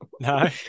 No